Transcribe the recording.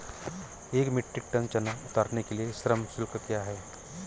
एक metric tonne चना उतारने के लिए श्रम शुल्क क्या है?